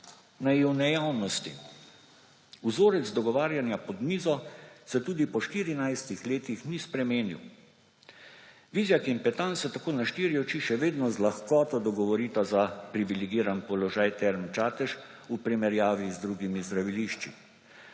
naivne javnosti. Vzorec dogovarjanja pod mizo se tudi po 14 letih ni spremenil. Vizjak in Petan se tako na štiri oči še vedno z lahkoto dogovorita za privilegiran položaj Term Čatež v primerjavi z drugimi zdravilišči.